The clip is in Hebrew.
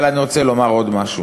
אבל אני רוצה לומר עוד משהו.